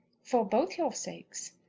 for both your sakes.